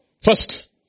First